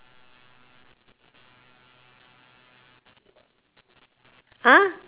!huh!